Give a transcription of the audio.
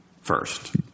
first